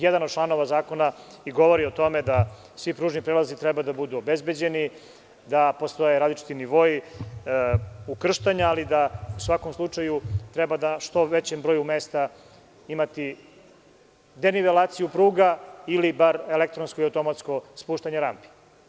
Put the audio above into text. Jedan od članova zakona i govori o tome da svi pružni prelazi treba da budu obezbeđeni, da postoje različiti nivoi ukrštanja, ali da u svakom slučaju treba da na što većem broju mesta imati denivelaciju pruga ili bar elektronsko i automatsko spuštanje rampi.